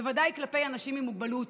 בוודאי כלפי אנשים עם מוגבלות,